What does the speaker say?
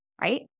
right